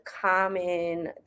common